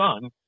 son